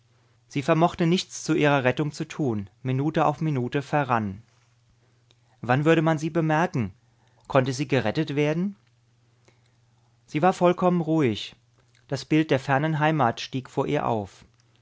sie vermochte nichts zu ihrer rettung zu tun minute auf minute verrann wann würde man sie bemerken konnte sie gerettet werden sie war vollkommen ruhig das bild der fernen heimat stieg vor ihr auf